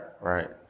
right